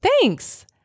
Thanks